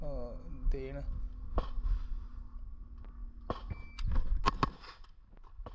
देन